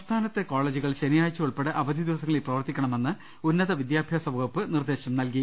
സംസ്ഥാനത്തെ കോളജുകൾ ശനിയ്ക്ക് ചകൾ ഉൾപ്പെടെ അവധി ദിവസങ്ങളിൽ പ്രവർത്തിക്കണുമന്ന് ഉന്ന്ത വിദ്യാഭ്യാസ വകുപ്പ് നിർദേശം നൽകി